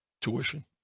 tuition